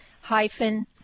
hyphen